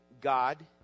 God